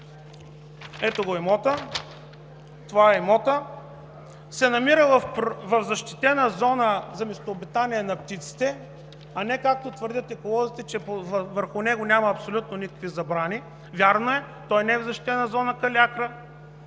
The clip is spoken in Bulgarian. А3) – ето го имота, се намира в защитена зона за местообитание на птиците, а не както твърдят еколозите, че върху него няма абсолютно никакви забрани. Вярно е, той не е в защитена зона „Калиакра“,